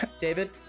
David